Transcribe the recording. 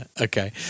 Okay